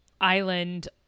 island